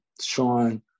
Sean